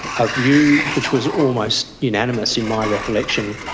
a view which was almost unanimous, in my recollection,